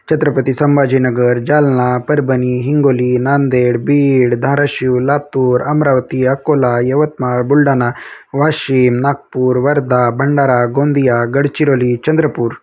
Chhatrapati Sambhajinagar Jalna Parbhani Hingoli Nanded Beed Dharashiv Latur Amravati Akola Yavatmal Buldhana Washim Nagpur Wardha Bhandara Gondia Gadchiroli Chandrapur